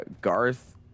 Garth